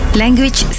language